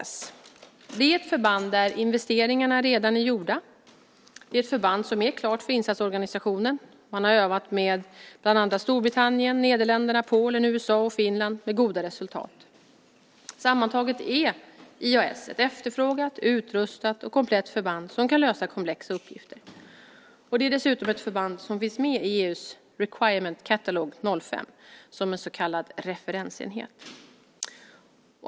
Det är ett förband där investeringarna redan är gjorda. Det är ett förband som är klart för insatsorganisationen. Man har övat med bland andra Storbritannien, Nederländerna, Polen, USA och Finland med goda resultat. Sammantaget är IAS ett efterfrågat, utrustat och komplett förband som kan lösa komplexa uppgifter. Det är dessutom ett förband som finns med i EU:s Requirement Catalogue 05 som en så kallad referensenhet.